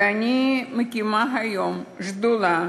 ואני מקימה היום שדולה,